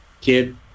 Kid